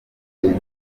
bresil